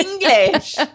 english